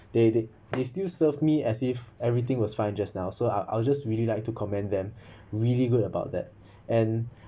they they they still serve me as if everything was fine just now so I'll I'll just really like to comment them really good about that and